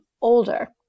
older